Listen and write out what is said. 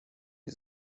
nie